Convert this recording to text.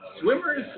swimmers